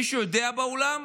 מישהו יודע באולם?